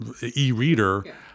e-reader